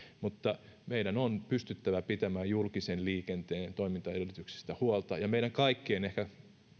mutta meidän on pystyttävä pitämään julkisen liikenteen toimintaedellytyksistä huolta ja meidän kaikkien ehkä